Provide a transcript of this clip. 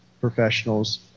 professionals